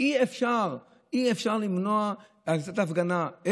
אי-אפשר למנוע לצאת להפגנה.